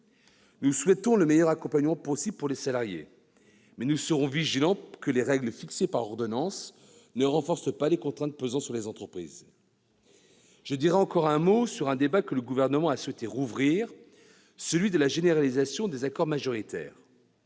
Nous souhaitons le meilleur accompagnement possible pour les salariés, mais nous veillerons à ce que les règles fixées par ordonnance ne renforcent pas les contraintes pesant sur les entreprises. Je dirai ensuite un mot sur un débat que le Gouvernement a souhaité rouvrir, celui de la généralisation des accords majoritaires.